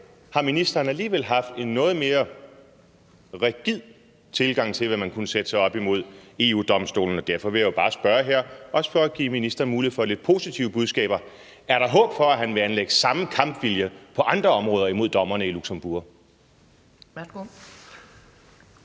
har ministeren alligevel haft en noget mere rigid tilgang til, i hvilke tilfælde man kunne sætte sig op imod EU-Domstolen. Derfor vil jeg bare spørge her – også for at give ministeren mulighed for at komme med lidt positive budskaber: Er der håb om, at han vil anlægge samme kampvilje på andre områder imod dommerne i Luxembourg?